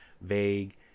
vague